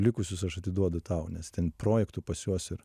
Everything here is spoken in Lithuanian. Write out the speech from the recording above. likusius aš atiduodu tau nes ten projektų pas juos ir